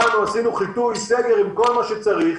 באנו, עשינו חיטוי, סגר עם כל מה שצריך,